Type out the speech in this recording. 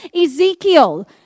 Ezekiel